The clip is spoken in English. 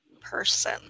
person